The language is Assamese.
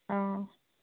অঁ